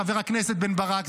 חבר הכנסת בן ברק,